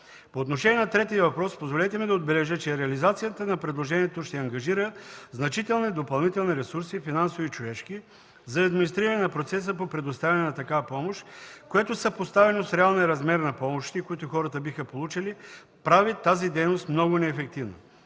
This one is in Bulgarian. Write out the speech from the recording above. По отношение на третия въпрос, позволете ми да отбележа, че реализацията на предложението ще ангажира значителни допълнителни финансови и човешки ресурси за администриране на процеса по предоставяне на такава помощ, и това, съпоставено с реалния размер на помощите, които биха получили, прави тази дейност много неефективна.